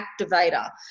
activator